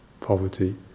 poverty